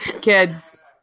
kids